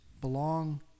belong